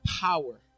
power